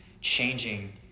changing